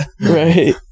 Right